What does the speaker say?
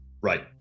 right